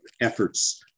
efforts